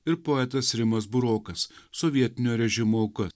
ir poetas rimas burokas sovietinio režimo auka